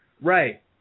Right